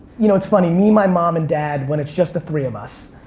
you know, it's funny. me, my mom and dad, when it's just the three of us,